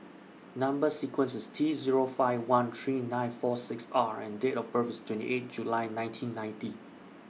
Number sequence IS T Zero five one three nine four six R and Date of birth IS twenty eight July nineteen ninety